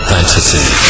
Fantasy